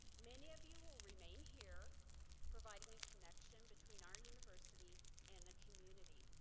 many of you will remain here providing a connection between our university and the community.